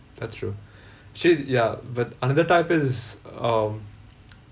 that's true shit ya but another type is um